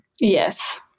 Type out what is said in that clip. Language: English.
Yes